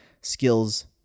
skills